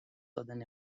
دادن